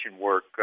work